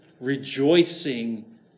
rejoicing